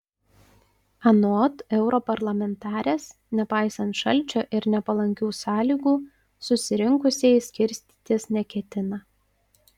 anot europarlamentarės nepaisant šalčio ir nepalankių sąlygų susirinkusieji skirstytis neketina